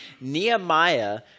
Nehemiah